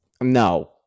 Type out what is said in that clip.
No